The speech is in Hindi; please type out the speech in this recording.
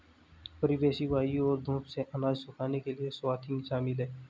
परिवेशी वायु और धूप से अनाज सुखाने के लिए स्वाथिंग शामिल है